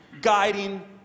guiding